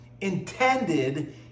intended